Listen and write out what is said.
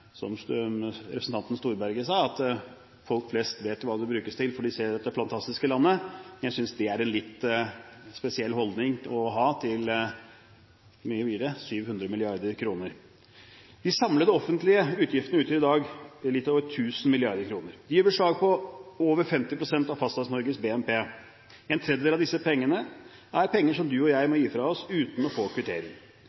som representanten Storberget, at folk flest vet hva pengene brukes til, for de ser dette fantastiske landet, men jeg synes det er en litt spesiell holdning å ha til 700 mrd. kr. De samlede offentlige utgiftene utgjør i dag litt over 1 000 mrd. kr. De gjør beslag på over 50 pst. av Fastlands-Norges BNP. En tredjedel av disse pengene er penger som du og jeg